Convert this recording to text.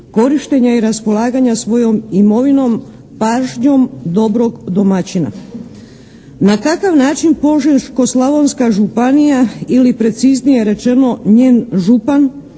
korištenja i raspolaganja svojom imovinom pažnjom dobrog domaćina. Na kakav način Požeško-slavonska županija ili preciznije rečeno njen župan